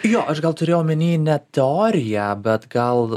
jo aš gal turėjau omeny ne teoriją bet gal